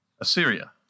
Assyria